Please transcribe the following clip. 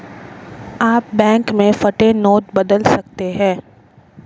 आप बैंक में फटे नोट बदल सकते हैं